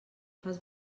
fas